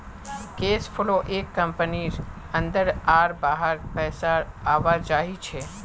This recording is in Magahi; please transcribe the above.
कैश फ्लो एक कंपनीर अंदर आर बाहर पैसार आवाजाही छे